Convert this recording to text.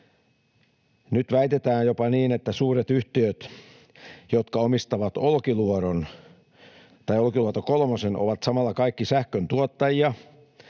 Nyt väitetään jopa, että suuret yhtiöt, jotka omistavat Olkiluoto kolmosen, ovat samalla kaikki sähköntuottajia